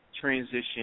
transition